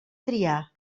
triar